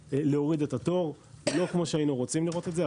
להוריד את התור לא כמו שהיינו רוצים לראות את זה,